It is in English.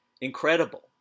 incredible